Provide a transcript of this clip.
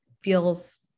feels